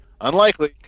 Unlikely